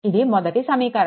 ఇది మొదటి సమీకరణం